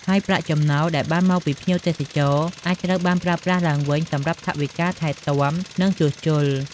ហើយប្រាក់ចំណូលដែលបានមកពីភ្ញៀវទេសចរអាចត្រូវបានប្រើប្រាស់ឡើងវិញសម្រាប់ថវិកាថែទាំ និងជួសជុល។